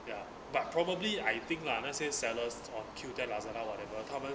ya but probably I think lah 那些 sellers on Q_O_O ten Lazada whatever 他们